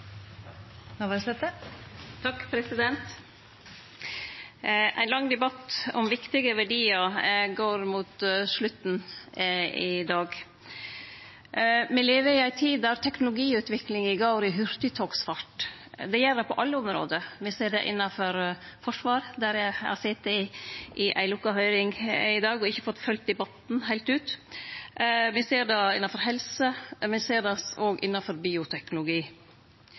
Ein lang debatt om viktige verdiar går mot slutten i dag. Me lever i ei tid da teknologiutviklinga går i hurtigtogsfart. Det gjer det på alle område. Me ser det innanfor forsvar – der eg har sete i ei lukka høyring i dag og ikkje fått følgt debatten heilt ut – me ser det innanfor helse, og me ser det òg innanfor bioteknologi.